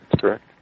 correct